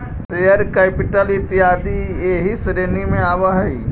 share capital इत्यादि एही श्रेणी में आवऽ हई